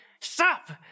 Stop